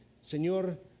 Señor